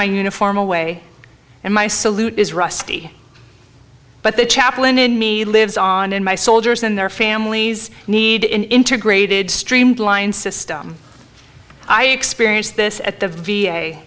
my uniform away and my salute is rusty but the chaplain in me lives on in my soldiers and their families need an integrated streamlined system i experience this at the v